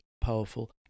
powerful